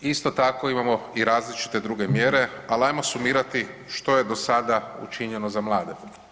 Isto tako, imamo i različite druge mjere, ali ajmo sumirati što je do sada učinjeno za mlade.